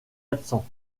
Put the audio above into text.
absent